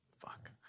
Fuck